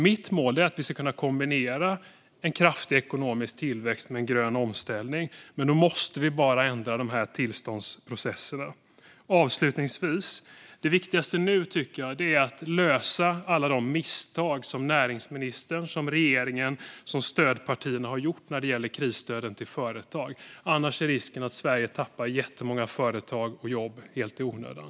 Mitt mål är att vi ska kunna kombinera en kraftig ekonomisk tillväxt med en grön omställning, men då måste vi ändra tillståndsprocesserna. Avslutningsvis: Det viktigaste nu tycker jag är att lösa alla de misstag som näringsministern, regeringen och stödpartierna har gjort när det gäller krisstöden till företag. Annars är risken att Sverige tappar jättemånga företag och jobb helt i onödan.